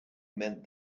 meant